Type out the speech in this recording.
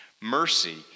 Mercy